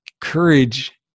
Courage